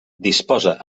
disposa